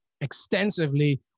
extensively